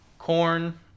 Corn